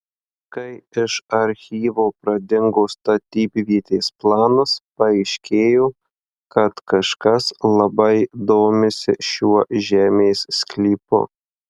kai iš archyvo pradingo statybvietės planas paaiškėjo kad kažkas labai domisi šiuo žemės sklypu